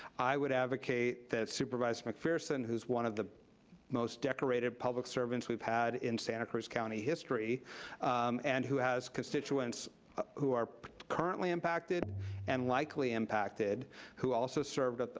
i would advocate that supervisor mcpherson, who's one of the most decorated public servants we've had in santa cruz county history and who has constituents who are currently impacted and likely impacted who also served